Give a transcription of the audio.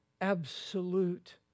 absolute